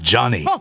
Johnny